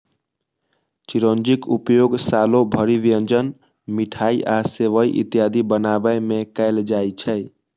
चिरौंजीक उपयोग सालो भरि व्यंजन, मिठाइ आ सेवइ इत्यादि बनाबै मे कैल जाइ छै